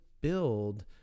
build